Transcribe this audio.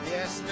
Yes